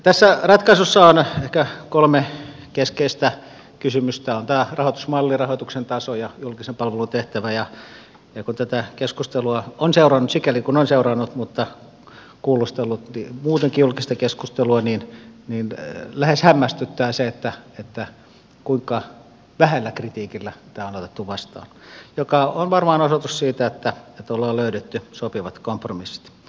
tässä ratkaisussa on ehkä kolme keskeistä kysymystä on rahoitusmalli rahoituksen taso ja julkisen palvelun tehtävä ja kun tätä keskustelua on seurannut sikäli kuin on seurannut kuulostellut muutenkin julkista keskustelua niin lähes hämmästyttää se kuinka vähällä kritiikillä tämä on otettu vastaan mikä on varmaan osoitus siitä että on löydetty sopivat kompromissit